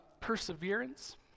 perseverance